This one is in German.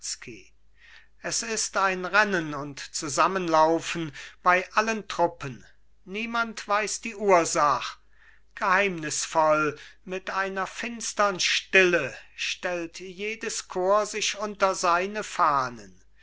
es ist ein rennen und zusammenlaufen bei allen truppen niemand weiß die ursach geheimnisvoll mit einer finstern stille stellt jedes korps sich unter seine fahnen